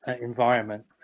environment